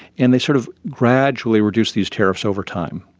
and they sort of gradually reduced these tariffs over time.